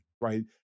Right